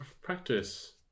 Practice